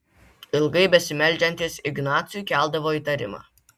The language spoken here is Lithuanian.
ilgai besimeldžiantys ignacui keldavo įtarimą